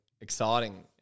exciting